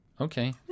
Okay